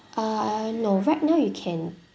uh I know right now you can